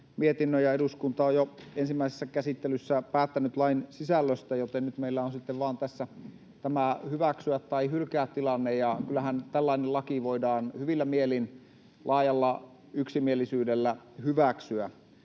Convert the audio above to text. mietinnön, ja eduskunta on jo ensimmäisessä käsittelyssä päättänyt lain sisällöstä, joten nyt meillä on sitten tässä vain tämä hyväksy tai hylkää -tilanne. Kyllähän tällainen laki voidaan hyvillä mielin laajalla yksimielisyydellä hyväksyä.